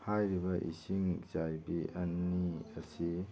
ꯍꯥꯏꯔꯤꯕ ꯏꯁꯤꯡ ꯆꯥꯏꯕꯤ ꯑꯅꯤ ꯑꯁꯤ